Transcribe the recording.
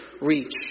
reach